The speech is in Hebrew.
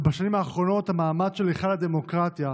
ובשנים האחרונות המעמד של היכל הדמוקרטיה,